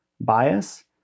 bias